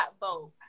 vote